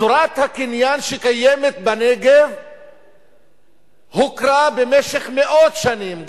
צורת הקניין שקיימת בנגב הוכרה במשך מאות שנים,